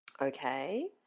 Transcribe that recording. Okay